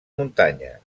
muntanya